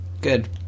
Good